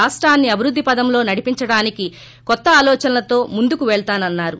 రాష్టాన్సి అభివృద్దిపథంలో నడిపించడానికి కొత్త ఆలోచనలతో ముందుకు పెళతాన్నన్నారు